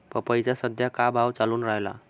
पपईचा सद्या का भाव चालून रायला?